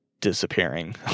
disappearing